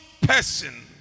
person